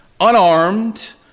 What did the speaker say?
unarmed